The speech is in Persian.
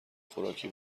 خوراکی